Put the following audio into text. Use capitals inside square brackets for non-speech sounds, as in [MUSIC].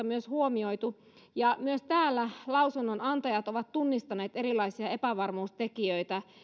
[UNINTELLIGIBLE] myös huomioitu lausuntopalautetta ja myös täällä lausunnonantajat ovat tunnistaneet erilaisia epävarmuustekijöitä